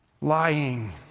lying